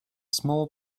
small